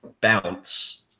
bounce